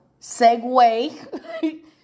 segue